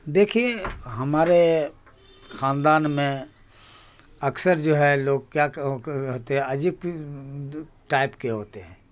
دیکھیے ہمارے خاندان میں اکثر جو ہے لوگ کیا کہتے عجیب ٹائپ کے ہوتے ہیں